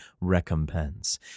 recompense